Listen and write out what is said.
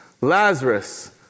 Lazarus